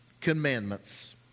Commandments